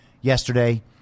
yesterday